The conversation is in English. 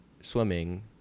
swimming